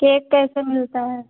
cake कैसे मिलता है